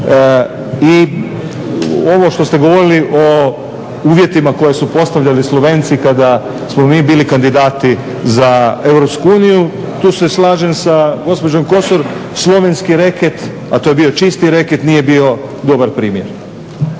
I ovo što ste govorili o uvjetima koje su postavljali Slovenci kada smo mi bili kandidati za Europsku uniju, tu se slažem sa gospođom Kosor, slovenski reket, a to je bio čisti reket, nije bio dobar primjer.